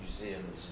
museums